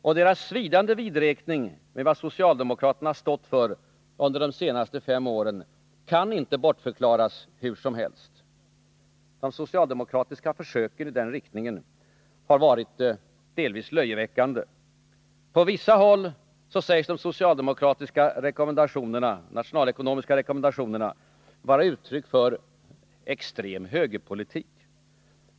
Och deras svidande vidräkning med vad socialdemokraterna stått för under de senaste fem åren kan inte bortförklaras hur som helst. De socialdemokratiska försöken i den riktningen har varit delvis löjeväckande. På vissa håll sägs de nationalekonomiska rekommendationerna vara uttryck för extrem högerpolitik.